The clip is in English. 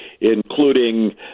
including